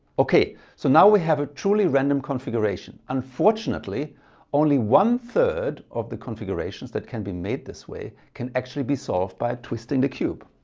okay so now we have a truly random configuration. unfortunately only one three of the configurations that can be made this way can actually be solved by twisting the cube.